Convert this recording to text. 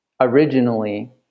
originally